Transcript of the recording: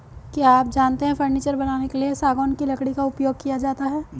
क्या आप जानते है फर्नीचर बनाने के लिए सागौन की लकड़ी का उपयोग किया जाता है